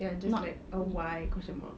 ya just like um why question mark